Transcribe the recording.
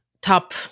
top